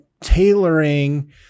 tailoring